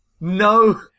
No